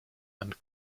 and